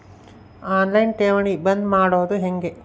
On line ಠೇವಣಿ ಬಂದ್ ಮಾಡೋದು ಹೆಂಗೆ?